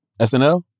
SNL